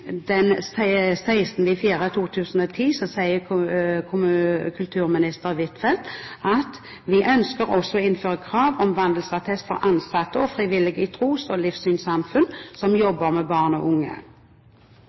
sier kulturminister Huitfeldt: «Vi ønsker også å innføre krav om vandelsattest for ansatte og frivillige i tros- og livssynssamfunn som